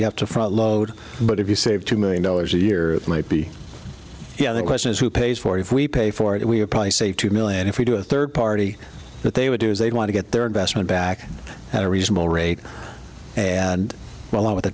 you have to front load but if you save two million dollars a year might be yeah the question is who pays for if we pay for it we're probably save two million if we do a third party that they would do if they want to get their investment back at a reasonable rate and along with the